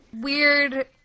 Weird